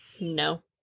No